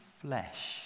flesh